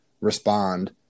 respond